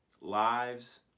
lives